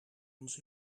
ons